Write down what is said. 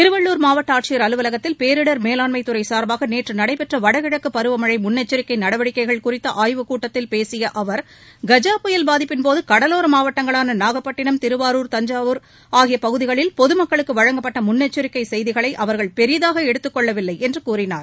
திருவள்ளூர் மாவட்ட ஆட்சியர் அலுவலகத்தில் பேரிடர் மேலாண்மைத் துறை சார்பாக நேற்று நடைபெற்ற வடகிழக்கு பருவமழை முன்னெச்சிக்கை நடவடிக்கைகள் குறித்த ஆய்வுக் கூட்டத்தில் பேசிய அவர் கஜா புயல் பாதிப்பின்போது கடலோர மாவட்டங்களான நாகப்பட்டினம் திருவாரூர் தஞ்சாவூர் ஆகிய பகுதிகளில் பொதுமக்களுக்கு வழங்கப்பட்ட முன்னெச்சிக்கை செய்திகளை அவர்கள் பெரிதாக எடுத்துக் கொள்ளவில்லை என்று கூறினார்